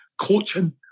coaching